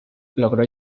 logró